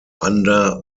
under